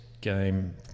game